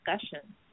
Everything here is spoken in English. discussion